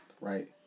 right